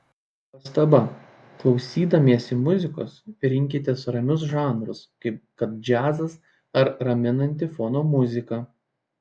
pastaba klausydamiesi muzikos rinkitės ramius žanrus kaip kad džiazas ar raminanti fono muzika